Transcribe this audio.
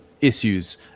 issues